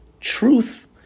truth